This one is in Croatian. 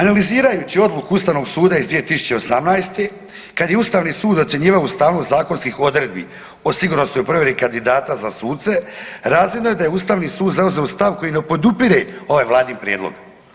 Analizirajući odluku Ustavnog suda iz 2018. kada je Ustavni sud ocjenjivao ustavnost zakonskih odredbi o sigurnosnoj provjeri kandidata za suce razvidno je da je Ustavni sud zauzeo stav koji ne podupire ovaj vladin prijedlog.